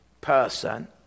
person